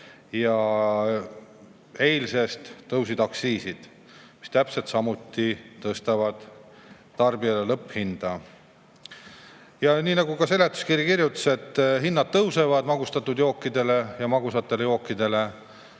ja eilsest tõusid aktsiisid, mis täpselt samuti tõstavad tarbijal lõpphinda. Nii nagu ka seletuskiri kirjutas, tõusevad magustatud jookide ja magusate jookide